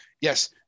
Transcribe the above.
yes